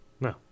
No